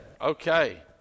Okay